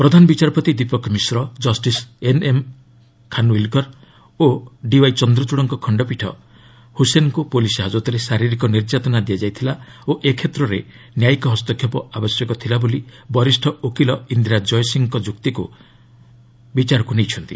ପ୍ରଧାନ ବିଚାରପତି Dipak Mishra justice N N Khanwilkar ଓ D Y ଚନ୍ଦ୍ରଚଡ଼ଙ୍କ ଖଣ୍ଡପୀଠ ହୁସେନ୍କୁ ପୁଲିସ୍ ହାଜତରେ ଶାରୀରିକ ନିର୍ଯାତନା ଦିଆଯାଇଥିଲା ଓ ଏ କ୍ଷେତ୍ରରେ ନ୍ୟାୟିକ ହସ୍ତକ୍ଷେପ ଆବଶ୍ୟକ ଥିଲାବୋଲି ବରିଷ୍ଠ ଓକିଲ ଇନ୍ଦିରା ଜୟସିଂଙ୍କ ଯୁକ୍ତିକୁ ବିବେଚନା କରିଛନ୍ତି